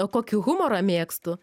kokį humorą mėgstu